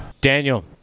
daniel